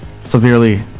Severely